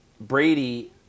Brady